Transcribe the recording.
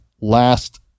last